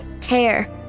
care